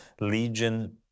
legion